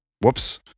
whoops